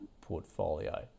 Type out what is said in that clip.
portfolio